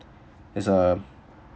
it's uh